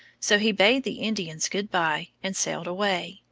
so he bade the indians good-by and sailed away.